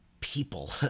people